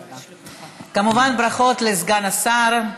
כמובן, ברכות לסגן השר.